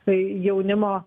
kai jaunimo